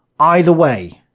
either way,